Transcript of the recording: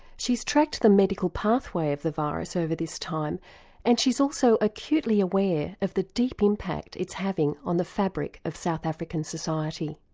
she's tracked the medical pathway of the virus over this time and she's also acutely aware of the deep impact it's having on the fabric of south african society.